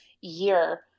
year